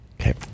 Okay